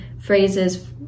phrases